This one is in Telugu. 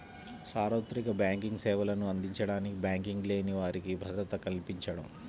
సార్వత్రిక బ్యాంకింగ్ సేవలను అందించడానికి బ్యాంకింగ్ లేని వారికి భద్రత కల్పించడం